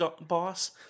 boss